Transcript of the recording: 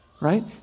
Right